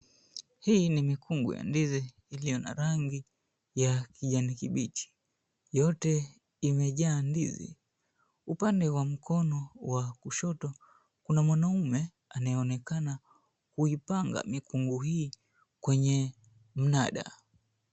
Hii ni mikungu ya ndizi iliyo na rangi ya kijani kibichi yote imejaa ndizi, upande wa kushoto kuna mwanaume anaonekana kuipanga mikungu hii kwenye minada.